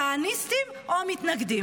כהניסטים או מתנגדים?